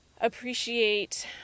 appreciate